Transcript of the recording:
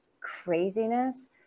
craziness